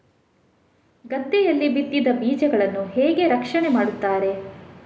ಗದ್ದೆಯಲ್ಲಿ ಬಿತ್ತಿದ ಬೀಜಗಳನ್ನು ಹೇಗೆ ರಕ್ಷಣೆ ಮಾಡುತ್ತಾರೆ?